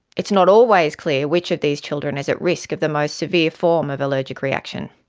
it's not always clear which of these children is at risk of the most severe form of allergic reaction,